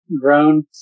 grown